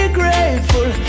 grateful